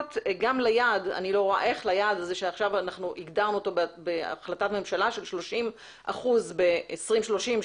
גם ליעד הזה שהגדרנו אותו בהחלטת ממשלה של 30% ב-2030,